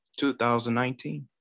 2019